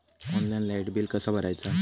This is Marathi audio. ऑनलाइन लाईट बिल कसा भरायचा?